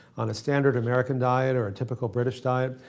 on a standard american diet or a typical british diet,